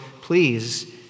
please